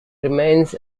remains